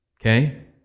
okay